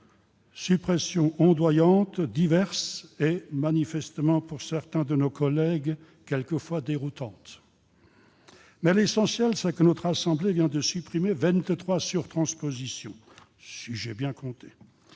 suppressions ondoyantes, diverses et manifestement, pour certains de nos collègues, quelquefois déroutantes ! L'essentiel, c'est que notre assemblée vient de supprimer vingt-trois surtranspositions- si j'ai bien compté